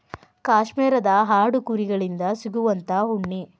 ಕಾಶ್ಮೇರದ ಆಡು ಕುರಿ ಗಳಿಂದ ಸಿಗುವಂತಾ ಉಣ್ಣಿ